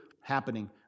happening